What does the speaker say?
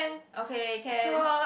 okay can